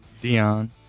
Dion